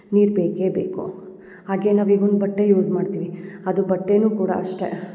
ನೀರು ಬೇಕೇ ಬೇಕು ಹಾಗೇ ನಾವು ಇವಾಗ ಬಟ್ಟೆ ಯೂಸ್ ಮಾಡ್ತೀವಿ ಅದು ಬಟ್ಟೆನು ಕೂಡ ಅಷ್ಟೇ